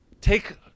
Take